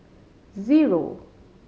zero